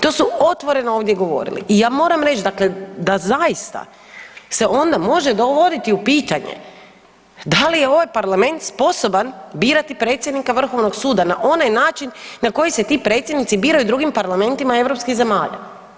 To su otvoreno ovdje govorili i ja moram reći, dakle da zaista se onda može dovoditi u pitanje da li je ovaj Parlament sposoban birati predsjednika Vrhovnog suda na onaj način na koji se ti predsjednici biraju u drugim parlamentima europskih zemalja.